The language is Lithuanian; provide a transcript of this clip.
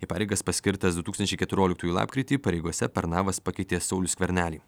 į pareigas paskirtas su tūkstančiai keturioliktųjų lapkritį pareigose pernavas pakeitė saulių skvernelį